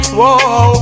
Whoa